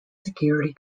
security